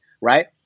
right